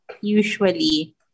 Usually